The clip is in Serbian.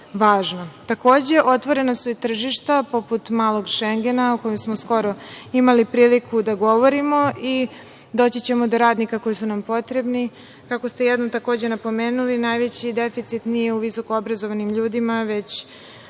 važno. Takođe, otvorena su i tržišta poput „malog Šengena“, o kojem smo skoro imali priliku da govorimo i doći ćemo do radnika koji su nam potrebni, kako ste jednom takođe napomenuli, najveći deficit nije u visoko obrazovanim ljudima, već